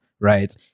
Right